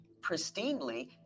pristinely